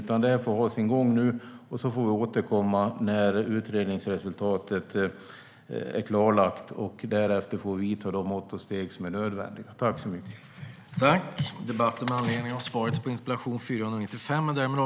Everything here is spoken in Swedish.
Detta får nu ha sin gång, och sedan får vi återkomma när utredningsresultatet är klart. Därefter får vi ta de mått och steg som är nödvändiga.